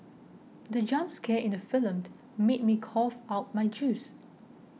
the jump scare in the film made me cough out my juice